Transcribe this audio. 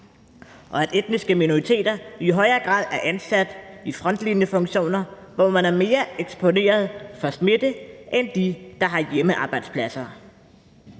og at etniske minoriteter i højere grad er ansat i frontlinjefunktioner, hvor man er mere eksponeret for smitte end dem, der har hjemmearbejdspladser,